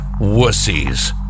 wussies